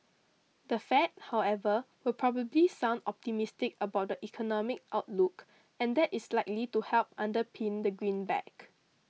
the Fed however will probably sound optimistic about the economic outlook and that is likely to help underpin the greenback